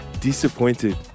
disappointed